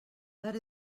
that